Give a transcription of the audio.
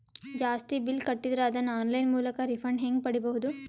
ಜಾಸ್ತಿ ಬಿಲ್ ಕಟ್ಟಿದರ ಅದನ್ನ ಆನ್ಲೈನ್ ಮೂಲಕ ರಿಫಂಡ ಹೆಂಗ್ ಪಡಿಬಹುದು?